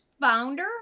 founder